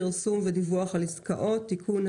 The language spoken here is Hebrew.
פרסום ודיווח על עסקאות) (תיקון),